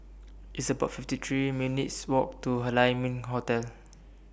It's about fifty three minutes' Walk to Lai Ming Hotel